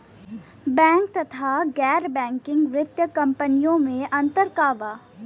Bank तथा गैर banking वित्तीय कम्पनीयो मे अन्तर का बा?